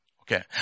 Okay